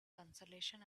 consolation